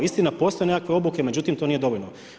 Istina postoje nekakve obuke međutim to nije dovoljno.